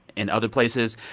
in other places.